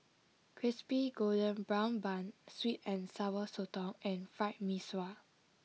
Crispy Golden Brown Bun Sweet and Sour Sotong and Fried Mee Sua